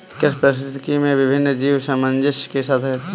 कृषि पारिस्थितिकी में विभिन्न जीव सामंजस्य के साथ रहते हैं